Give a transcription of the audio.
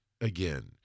again